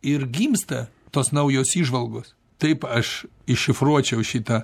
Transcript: ir gimsta tos naujos įžvalgos taip aš iššifruočiau šitą